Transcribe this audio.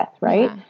Right